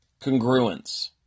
congruence